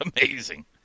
amazing